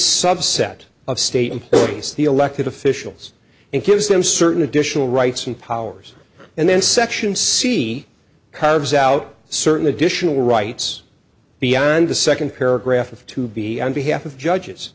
subset of state employees the elected officials and gives them certain additional rights and powers and then section c carves out certain additional rights beyond the second paragraph to be on behalf of judges